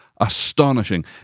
astonishing